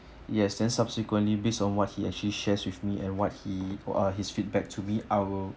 yes then subsequently based on what he actually shares with me and what he or ah his feedback to be I will